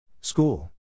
School